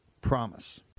promise